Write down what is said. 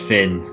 Finn